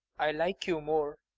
i like you more.